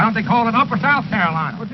and call it upper south carolina?